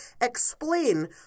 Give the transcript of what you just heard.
explain